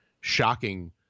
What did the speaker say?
shocking